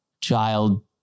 child